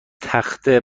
تخته